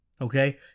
Okay